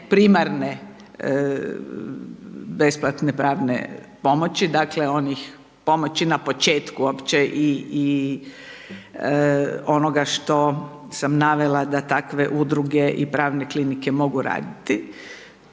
primarne besplatne pravne pomoći, dakle, onih pomoći na početku i onoga što sam navela da takve udruge i pravne klikne mogu raditi.